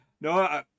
no